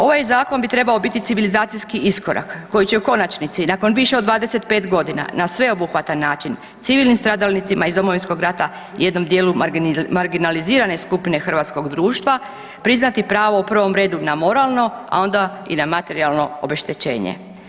Ovaj zakon bi trebao biti civilizacijski iskorak koji će u konačnici nakon više od 25 godina na sveobuhvatan način civilnim stradalnicima iz Domovinskog rata jednom dijelu marginalizirane skupine hrvatskog društva priznati pravo u prvom redu na moralno, a onda i na materijalno obeštećenje.